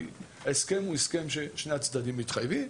כי ההסכם הוא הסכם ששני הצדדים מתחייבים.